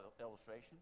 illustration